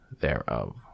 thereof